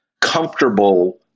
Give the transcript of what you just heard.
comfortable